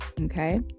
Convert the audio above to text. okay